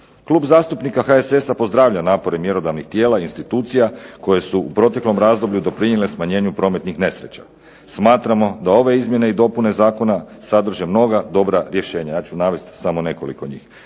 Klub zastupnika HSS-a pozdravlja napore mjerodavnih tijela i institucija koje su u proteklom razdoblju doprinijele smanjenju prometnih nesreća. Smatramo da ove izmjene i dopune zakona sadrže mnoga dobra rješenja. Ja ću navesti samo nekoliko njih.